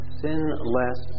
sinless